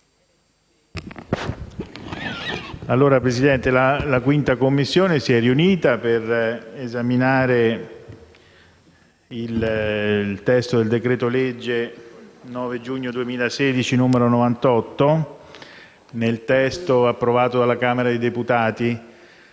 Signor Presidente, la 5a Commissione si è riunita per esaminare il decreto-legge del 9 giugno 2016, n. 98, nel testo approvato dalla Camera dei deputati.